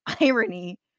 irony